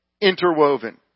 interwoven